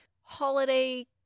holiday